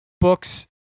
books